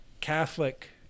Catholic